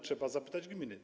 Trzeba zapytać gminy.